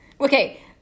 Okay